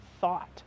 thought